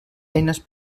eines